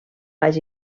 baix